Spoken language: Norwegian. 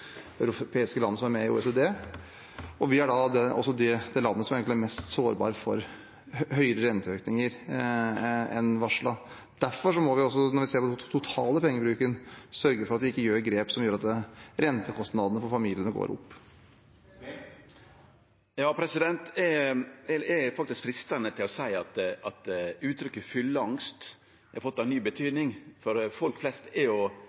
europeiske land som er med i OECD. Vi er da det landet som egentlig er mest sårbar for høyere renteøkninger enn varslet. Derfor må vi også, når vi ser på den totale pengebruken, sørge for at vi ikke gjør grep som gjør at rentekostnadene for familiene går opp. Det er faktisk freistande å seie at uttrykket fylle angst har fått ei ny betyding, for folk flest har no angst når dei står attmed drivstoffpumpene i Noreg, med dei skyhøge prisane som faktisk er.